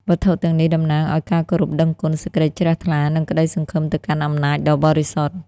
វត្ថុទាំងនេះតំណាងឱ្យការគោរពដឹងគុណ សេចក្តីជ្រះថ្លា និងក្តីសង្ឃឹមទៅកាន់អំណាចដ៏បរិសុទ្ធ។